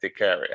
area